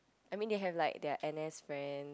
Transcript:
I mean they have like their n_s friend